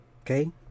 Okay